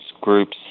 groups